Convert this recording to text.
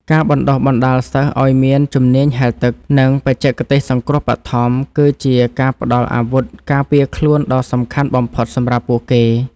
ការបណ្តុះបណ្តាលសិស្សឱ្យមានជំនាញហែលទឹក និងបច្ចេកទេសសង្គ្រោះបឋម គឺជាការផ្តល់អាវុធការពារខ្លួនដ៏សំខាន់បំផុតសម្រាប់ពួកគេ។